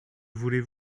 voulez